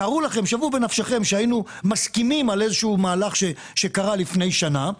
שערו בנפשכם שהיינו מסכימים על איזה שהוא מהלך שקרה לפני שנה,